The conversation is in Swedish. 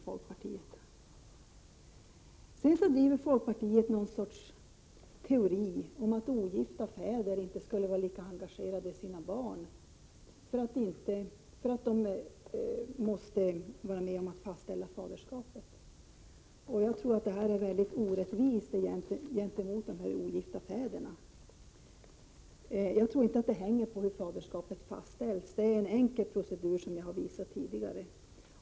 Folkpartiet driver någon sorts teori om att ogifta föräldrar inte skulle vara lika engagerade i sina barn som gifta föräldrar på grund av att faderskapet måste fastställas. Jag tror att detta synsätt är mycket orättvist mot dessa ogifta fäder. Jag tror inte att detta engagemang hänger samman med hur faderskapet fastställs. Jag har ju redogjort för att det kan ske genom ett enkelt förfarande.